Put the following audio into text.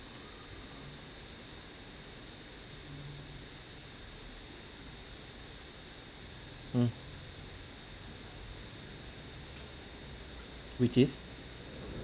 mm which is